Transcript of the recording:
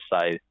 say